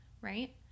right